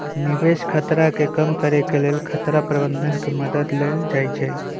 निवेश खतरा के कम करेके लेल खतरा प्रबंधन के मद्दत लेल जाइ छइ